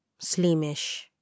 Slimish